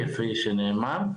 כפי שנאמר.